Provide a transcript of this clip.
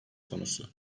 konusu